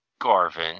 Garvin